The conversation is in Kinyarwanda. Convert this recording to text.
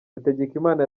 hategekimana